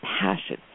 passion